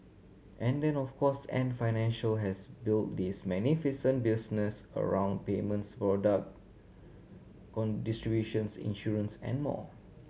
and then of course Ant Financial has built this magnificent business around payments product distributions insurance and more